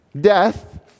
Death